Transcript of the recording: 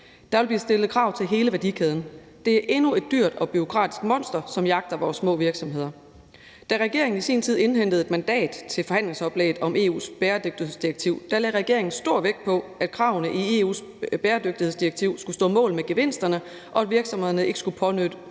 Der vil blive stillet krav til hele værdikæden. Det er endnu et dyrt og bureaukratisk monster, som jagter vores små virksomheder. Da regeringen i sin tid indhentede et mandat til forhandlingsoplægget om EU's bæredygtighedsdirektiv, lagde regeringen stor vægt på, at kravene i EU's bæredygtighedsdirektiv skulle stå mål med gevinsterne, og at virksomhederne ikke skulle pålægges